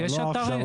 לא עכשיו,